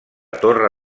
torre